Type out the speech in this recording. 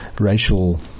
racial